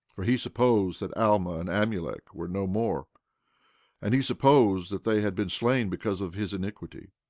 for he supposed that alma and amulek were no more and he supposed that they had been slain because of his iniquity.